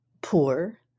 poor